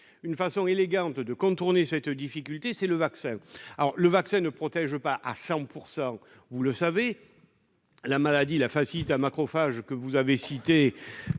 une façon élégante de contourner cette difficulté, c'est le vaccin. Celui-ci ne protège pas à 100 %, vous le savez. Il y a notamment la myofasciite à macrophages, que vous avez citée,